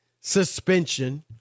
suspension